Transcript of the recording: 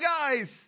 guys